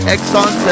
Exxon